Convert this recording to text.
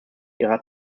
ihrer